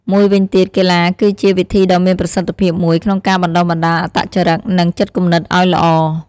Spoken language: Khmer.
មួយវិញទៀត កីឡាគឺជាវិធីដ៏មានប្រសិទ្ធិភាពមួយក្នុងការបណ្តុះបណ្តាលអត្តចរិត និងចិត្តគំនិតអោយល្អ។